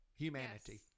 Humanity